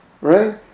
right